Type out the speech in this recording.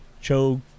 Cho